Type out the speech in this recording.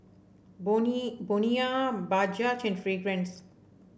Bonia Bajaj and Fragrance